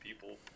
people